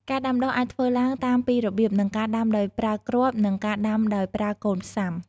ការដាំដុះអាចធ្វើឡើងតាមពីររបៀប គឺការដាំដោយប្រើគ្រាប់ និងការដាំដោយប្រើកូនផ្សាំ។